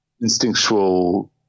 instinctual